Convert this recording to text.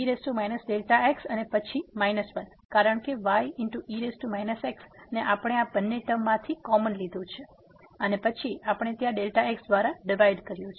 e x અને પછી 1 કારણ કે ye x ને આપણે આ બંને ટર્મ માંથી કોમન લીધું છે અને પછી આપણે ત્યાં Δx દ્વારા ડિવાઈડ કર્યું છે